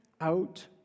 out